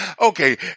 Okay